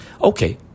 Okay